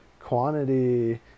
Quantity